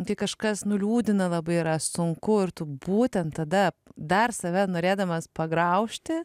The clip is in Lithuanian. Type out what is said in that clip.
tai kažkas nuliūdina labai yra sunku ir būtent tada dar save norėdamas pagraužti